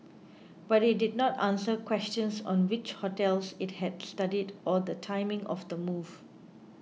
but it did not answer questions on which hotels it had studied or the timing of the move